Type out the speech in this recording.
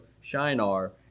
Shinar